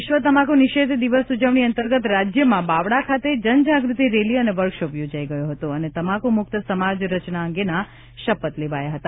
વિશ્વ તમાકુ નિષેધ દિવસ ઉજવણી અંતર્ગત રાજ્યમાં બાવળા ખાતે જનજાગૃતિ રેલી અને વર્કશોપ યોજાયો હતો અને તમાકુ મુક્ત સમાજ રચના અંગેના શપથ લેવાયા હતા